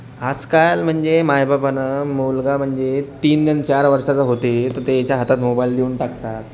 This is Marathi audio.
आजकाल म्हणजे मायबापानं मुलगा म्हणजे तीन अन् चार वर्षाचा होते तर त्याच्या हातात मोबाइल देऊन टाकतात